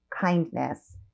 kindness